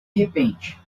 repente